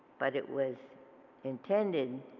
but it was intended